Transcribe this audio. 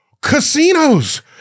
Casinos